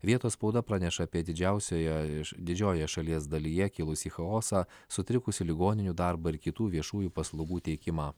vietos spauda praneša apie didžiausioje iš didžiojoje šalies dalyje kilusį chaosą sutrikusį ligoninių darbą ir kitų viešųjų paslaugų teikimą